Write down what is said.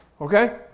Okay